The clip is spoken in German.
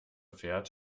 fährt